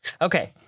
Okay